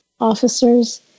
officers